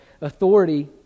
authority